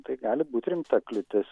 tai gali būt rimta kliūtis